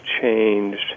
changed